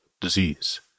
disease